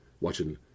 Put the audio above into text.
watching